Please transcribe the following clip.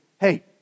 hey